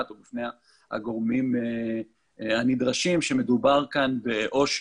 או בפני הגורמים הנדרשים שמדובר כאן בעושק,